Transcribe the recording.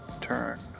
turn